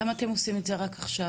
למה אתם עושים את זה רק עכשיו?